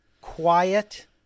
quiet